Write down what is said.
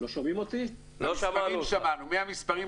הלאה.